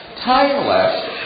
timeless